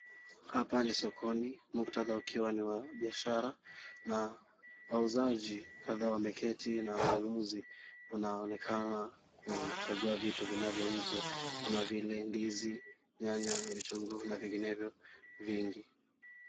Hapa ni sokoni, muktadha ukiwa ni wa biashara na wauzaji kadhaa wameketi na wanunuzi wanaonekana kuchagua vitu vinavyouzwa kama vile ndizi, nyanya, vitunguu na vinginevyo vingi.